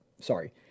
Sorry